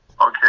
Okay